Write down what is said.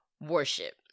worship